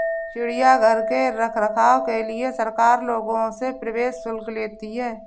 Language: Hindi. चिड़ियाघर के रख रखाव के लिए सरकार लोगों से प्रवेश शुल्क लेती है